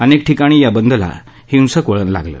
अनेक ठिकाणी या बंदला हिसक वळण लागलं